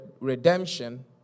redemption